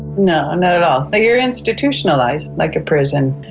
no, not at all. but you are institutionalised like a prison.